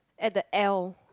at the aisle